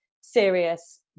serious